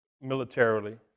militarily